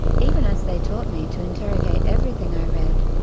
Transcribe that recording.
even as they taught me to interrogate everything i read.